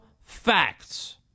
facts